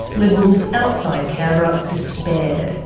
liberals outside canberra despaired.